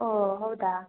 ಓ ಹೌದಾ